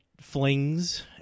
flings